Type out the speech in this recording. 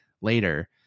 later